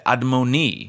Admoni